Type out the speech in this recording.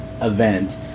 event